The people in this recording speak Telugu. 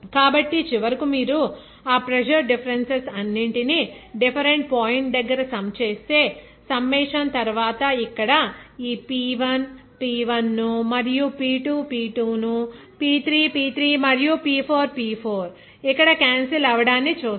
కాబట్టి చివరకు మీరు ఆ ప్రెజర్ డిఫరెన్సెస్ అన్నింటిని డిఫరెంట్ పాయింట్ దగ్గర సమ్ చేస్తే సమ్మేషన్ తరువాత ఇక్కడ ఈ P1 P1 ను మరియు P2 P2 ను P3 P3 మరియు P4 P4 ఇక్కడ క్యాన్సల్ అవడాన్ని చూస్తారు